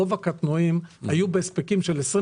רוב הקטנועים היו בהספקים של 25,